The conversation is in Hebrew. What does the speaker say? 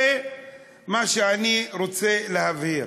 זה מה שאני רוצה להבהיר.